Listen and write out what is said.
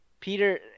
Peter